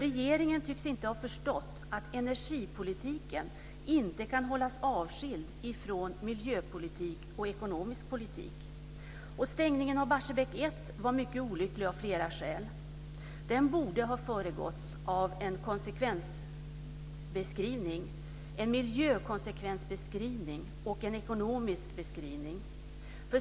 Regeringen tycks inte ha förstått att energipolitiken inte kan hållas avskild från miljöpolitik och ekonomisk politik. Stängningen av Barsebäck 1 var mycket olycklig av flera skäl. Den borde ha föregåtts av en konsekvensbeskrivning vad gäller såväl miljön som ekonomin.